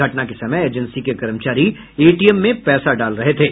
घटना के समय एजेंसी के कर्मचारी एटीएम में पैसा डाल रहे थे